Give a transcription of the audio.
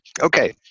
okay